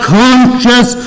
conscious